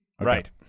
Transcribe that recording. right